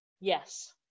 Yes